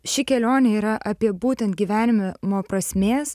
ši kelionė yra apie būtent gyvenimo prasmės